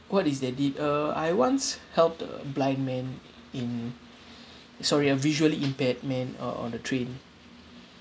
what is that deed uh I once helped a blind man in sorry a visually impaired man uh on the train